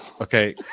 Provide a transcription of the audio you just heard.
Okay